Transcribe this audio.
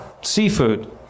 Seafood